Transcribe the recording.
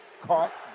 caught